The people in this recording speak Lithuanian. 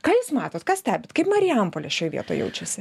ką jūs matot ką stebit kaip marijampolės šioje vietoje jaučiasi